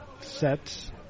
sets